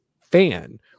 fan